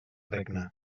regna